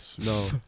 No